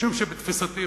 משום שבתפיסתי,